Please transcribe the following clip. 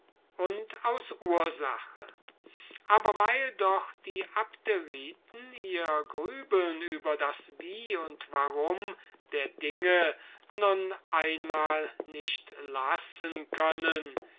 und aus ursache aber wenn die abderiten ihr grübeln über das wie und warum der dinge nun einmal nicht lassen können